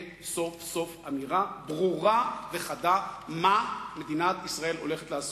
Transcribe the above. סוף-סוף אמירה ברורה וחדה מה מדינת ישראל הולכת לעשות.